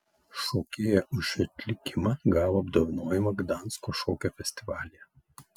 šokėja už šį atlikimą gavo apdovanojimą gdansko šokio festivalyje